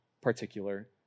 particular